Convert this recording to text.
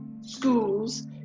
schools